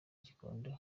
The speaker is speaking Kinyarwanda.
gikondo